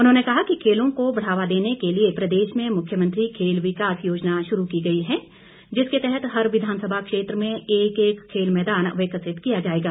उन्होंने कहा कि खेलों को बढ़ावा देने के लिए प्रदेश में मुख्यमंत्री खेल विकास योजना शुरू की गई है जिसके तहत हर विधानसभा क्षेत्र में एक एक खेल मैदान विकसित किया जाएगा